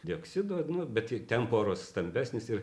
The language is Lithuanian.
dioksido nu bet ten poros stambesnės ir